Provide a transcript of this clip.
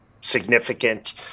significant